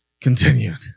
continued